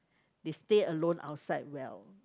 they stay alone outside well